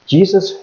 Jesus